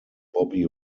bobby